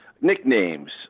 nicknames